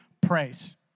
praise